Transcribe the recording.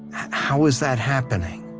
how is that happening?